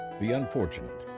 the unfortunate.